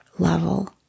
level